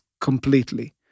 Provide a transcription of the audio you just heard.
completely